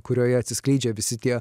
kurioje atsiskleidžia visi tie